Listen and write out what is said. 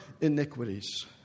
iniquities